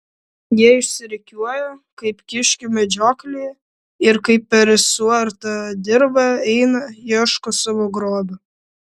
jie išsirikiuoja kaip kiškių medžioklėje ir kaip per suartą dirvą eina ieško sau grobio